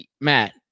Matt